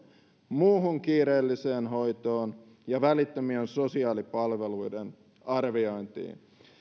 muuhun kiireelliseen hoitoon ja välittömien sosiaalipalveluiden arviointiin